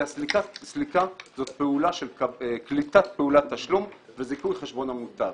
אלא סליקה זאת פעולה של קליטת פעולת תשלום וזיכוי חשבון המוטב.